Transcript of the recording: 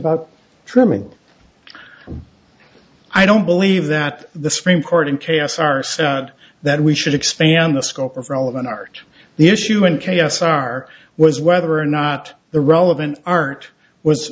about trimming i don't believe that the supreme court in chaos are stunned that we should expand the scope of relevant art the issue in k s r was whether or not the relevant art was